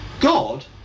God